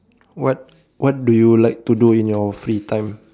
what what do you like to do in your free time